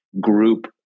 group